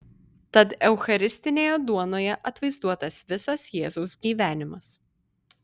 tad eucharistinėje duonoje atvaizduotas visas jėzaus gyvenimas